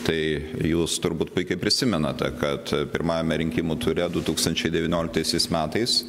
tai jūs turbūt puikiai prisimenate kad pirmajame rinkimų ture du tūkstančiai devynioliktaisiais metais